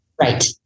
right